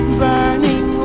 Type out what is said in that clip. burning